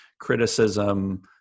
criticism